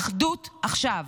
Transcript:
אחדות עכשיו.